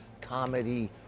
comedy